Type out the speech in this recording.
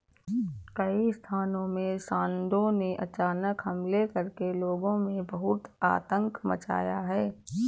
कई स्थानों में सांडों ने अचानक हमले करके लोगों में बहुत आतंक मचाया है